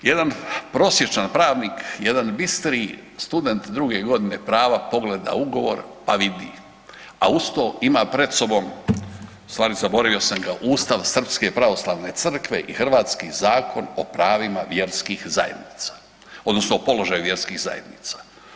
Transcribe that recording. Jedan prosječan pravnik, jedan bistri student 2. godine prava pogleda ugovor, pa vidi, a uz to ima pred sobom, u stvari zaboravio sam ga, Ustav Srpske pravoslavne crkve i hrvatski Zakon o pravima vjerskih zajednica odnosno o položaju vjerskih zajednica.